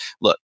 look